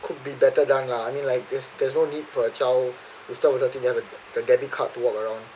could be better done lah I mean like there's there's no need for a child whose twelve or thirteen to have a debit card to walk around